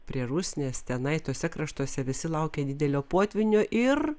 prie rusnės tenai tuose kraštuose visi laukė didelio potvynio ir